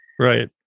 Right